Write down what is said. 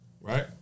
right